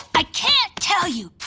i can't tell you.